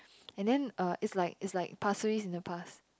and then uh it's like it's like pasir-ris in the past